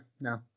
no